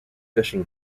fishing